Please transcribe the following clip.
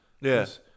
Yes